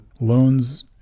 loans